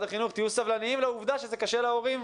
החינוך תהיו סבלניים לעובדה שזה קשה להורים,